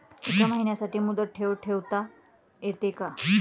एका महिन्यासाठी मुदत ठेव ठेवता येते का?